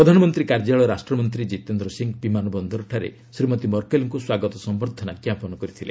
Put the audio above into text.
ପ୍ରଧାନମନ୍ତ୍ରୀ କାର୍ଯ୍ୟାଳୟ ରାଷ୍ଟ୍ରମନ୍ତ୍ରୀ ଜିତେନ୍ଦ୍ର ସିଂହ ବିମାନ ବନ୍ଦରରେ ଶ୍ରୀମତୀ ମର୍କେଲଙ୍କୁ ସ୍ୱାଗତ ସମ୍ଭର୍ଦ୍ଧନା ଜ୍ଞାପନ କରିଥିଲେ